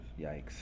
Yikes